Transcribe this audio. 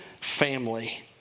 family